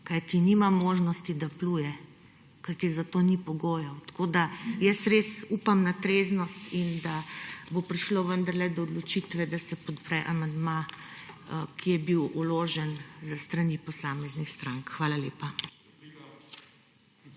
kajti nima možnosti, da pluje, kajti za to ni pogojev. Jaz res upam na treznost in da bo prišlo vendarle do odločitve, da se podpre amandma, ki je bil vložen s strani posameznih strank. Hvala lepa.